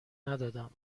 ندادم